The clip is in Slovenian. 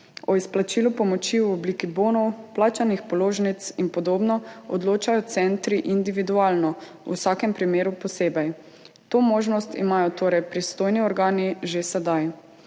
O izplačilu pomoči v obliki bonov, plačanih položnicah in podobno odločajo centri individualno, v vsakem primeru posebej. To možnost imajo torej pristojni organi že sedaj.